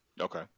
Okay